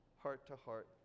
heart-to-heart